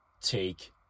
take